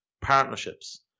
partnerships